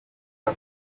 ejo